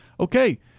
Okay